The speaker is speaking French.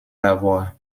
lavoir